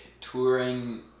touring